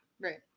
Right